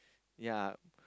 ya